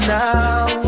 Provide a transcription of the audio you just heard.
now